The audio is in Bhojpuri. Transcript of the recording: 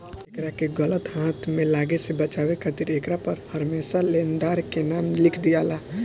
एकरा के गलत हाथ में लागे से बचावे खातिर एकरा पर हरमेशा लेनदार के नाम लिख दियाला